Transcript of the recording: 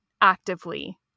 actively